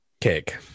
cake